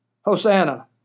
Hosanna